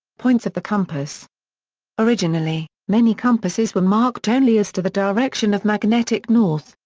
points of the compass originally, many compasses were marked only as to the direction of magnetic north,